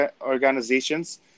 organizations